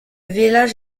village